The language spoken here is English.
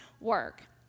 work